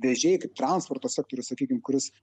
vežėjai kaip transporto sektorius sakykim kuris